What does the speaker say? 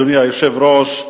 אדוני היושב-ראש,